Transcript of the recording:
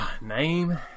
Name